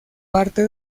parte